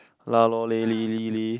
lah lor leh lee lee lee